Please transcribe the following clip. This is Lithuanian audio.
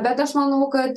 bet aš manau kad